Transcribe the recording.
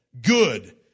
good